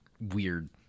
weird